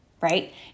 right